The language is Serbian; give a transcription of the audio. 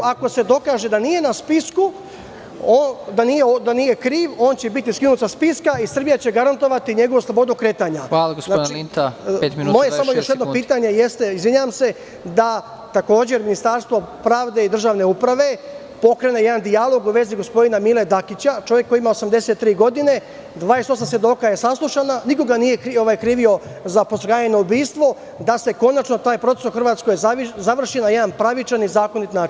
Ako se dokaže da nije na spisku, da nije kriv, on će biti skinut sa spiska i Srbija će garantovati njegovu slobodu kretanja. (Predsednik: Hvala, gospodine Linta, pet minuta i 26 sekundi.) Još jedno moje pitanje jeste, izvinjavam se, da takođe Ministarstvo pravde i državne uprave pokrene jedan dijalog u vezi gospodina Mine Dakića, čovek koji ima 83 godine, 28 svedoka je saslušano, niko ga nije krivio za podstrekivanje na ubistvo, da se konačno taj proces u Hrvatskoj završi na jedan pravičan i zakonit način.